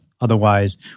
Otherwise